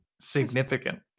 significant